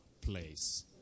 place